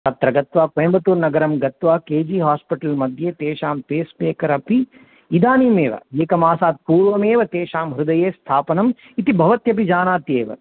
तत्र गत्वा कोयम्बत्तूरुनगरं गत्वा केजि होस्पिटल् मध्ये तेषां पेस्मेकरपि इदानीमेव एकमासात् पूर्वमेव तेषां हृदये स्थापनम् इति भवत्यपि जानात्येव